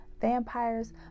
vampires